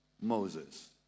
Moses